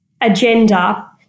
agenda